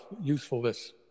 usefulness